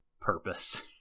purpose